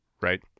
right